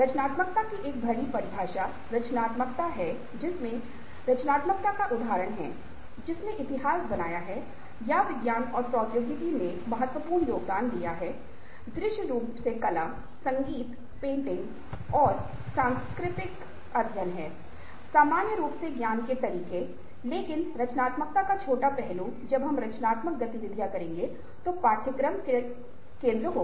रचनात्मकता की बड़ी परिभाषा रचनात्मकता है जिसमें रचनात्मकता का उदाहरण है जिसने इतिहास बनाया है या विज्ञान और प्रौद्योगिकी में महत्वपूर्ण योगदान दिया है दृश्य रूप से कला संगीत पेंटिंग और संस्कृति अध्ययन सामान्य रूप से ज्ञान के तरीके लेकिन रचनात्मकता का छोटा पहलू जब हम रचनात्मक गतिविधियाँ करेंगे तो पाठ्यक्रम किरणकेन्द्र होगा